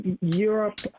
Europe